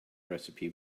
recipe